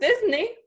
Disney